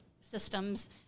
systems